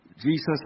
Jesus